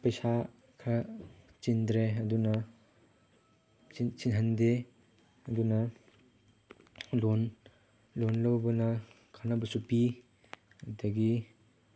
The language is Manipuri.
ꯄꯩꯁꯥ ꯈꯔ ꯆꯤꯟꯗ꯭ꯔꯦ ꯑꯗꯨꯅ ꯆꯤꯜꯍꯟꯗꯦ ꯑꯗꯨꯅ ꯂꯣꯟ ꯂꯣꯟ ꯂꯧꯕꯅ ꯀꯥꯟꯅꯕꯁꯨ ꯄꯤ ꯑꯗꯒꯤ